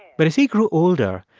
but as he grew older,